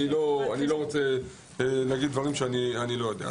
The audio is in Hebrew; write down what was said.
אני לא רוצה להגיד דברים שאני לא יודע.